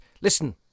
listen